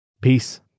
Peace